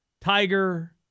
Tiger